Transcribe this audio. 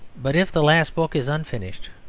but if the last book is unfinished,